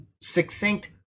succinct